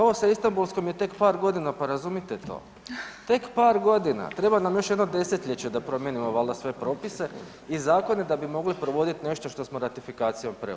Ovo sa Istambulskom je tek par godina pa razumite to, tek par godina, treba nam još jedno desetljeće da promijenimo valjda sve propise i zakone da bi mogli provoditi nešto što smo ratifikacijom preuzeli.